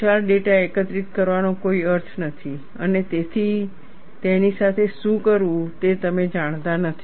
વિશાળ ડેટા એકત્રિત કરવાનો કોઈ અર્થ નથી અને તેની સાથે શું કરવું તે તમે જાણતા નથી